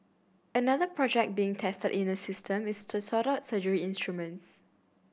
another project being tested is a system to sort out surgery instruments